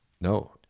No